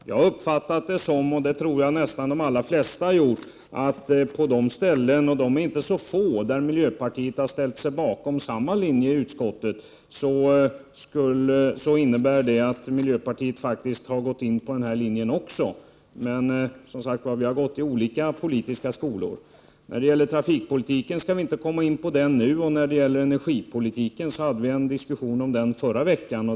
Jag liksom de allra flesta har uppfattat det så att vid de tillfällen — och de är inte så få — när miljöpartiet i utskottet har gått på samma linje som folkpartiet, har det inneburit att miljöpartiet också har följt samma princip. Men som sagt, vi har gått i olika politiska skolor, Åsa Domeij och jag. Trafikpolitiken skall vi inte komma in på nu, och energipolitiken hade vi en diskussion om förra veckan.